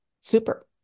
super